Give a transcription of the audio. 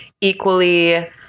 equally